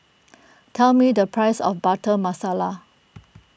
tell me the price of Butter Masala